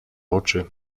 oczy